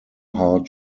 hard